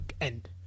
end